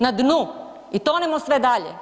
Na dnu i tonemo sve dalje.